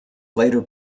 later